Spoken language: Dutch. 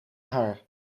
haar